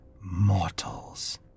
mortals